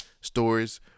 stories